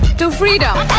to freedom!